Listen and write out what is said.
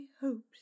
hopes